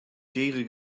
tige